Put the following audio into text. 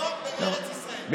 בכל מקום בארץ ישראל.